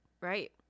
right